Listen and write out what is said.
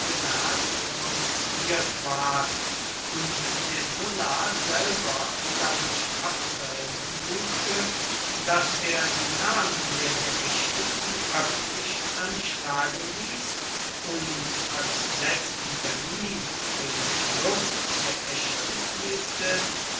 remonstriert ward und der sulla selber dadurch abzuhelfen suchte daß er die namen der geächteten öffentlich anschlagen ließ und als letzten termin für den schluß der